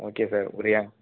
okay sir ஒரு